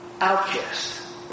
outcasts